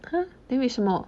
!huh! then 为什么